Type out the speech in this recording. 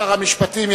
המשפטים.